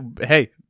Hey